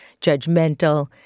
judgmental